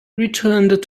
returned